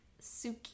Suki